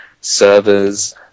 servers